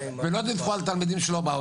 ולא דיווחו על תלמידים שלא באו.